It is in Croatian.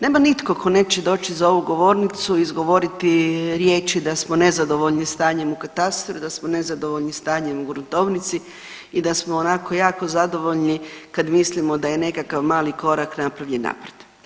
Nema nitko tko neće doći za ovu govornicu i izgovoriti riječi da smo nezadovoljni stanjem u katastru i da smo nezadovoljni stanjem u gruntovnici i da smo onako jako zadovoljni kad mislimo da je nekakav mali korak napravljen naprijed.